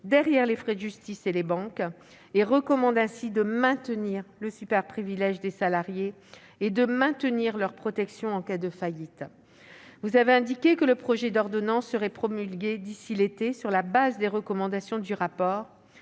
derrière les frais de justice et les banques, et il recommande de maintenir le superprivilège des salariés et de maintenir leur protection en cas de faillite. Vous avez indiqué, madame la ministre, que le projet d'ordonnance serait promulgué d'ici à l'été, sur la base des recommandations du rapport.